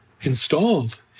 installed